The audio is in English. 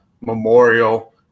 memorial